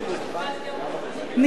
היא יוצאת, היא יוצאת.